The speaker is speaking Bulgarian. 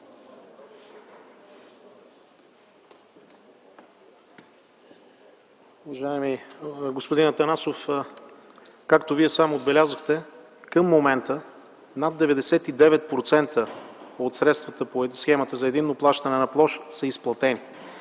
Уважаеми господин Атанасов, както Вие сам отбелязахте, към момента над 99% от средствата по Схемата за единно плащане на площ са изплатени